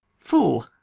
fool,